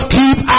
keep